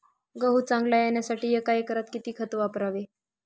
गहू चांगला येण्यासाठी एका एकरात किती खत वापरावे?